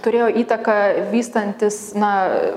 turėjo įtaką vystantis na